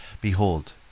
Behold